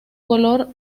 color